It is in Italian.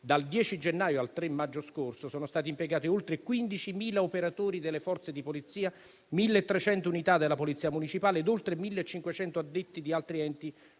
dal 10 gennaio al 3 maggio scorso sono stati impiegati oltre 15.000 operatori delle Forze di polizia, 1.300 unità della polizia municipale ed oltre 1.500 addetti di altri enti